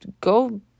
go